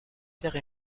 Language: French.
pierre